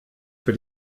für